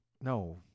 No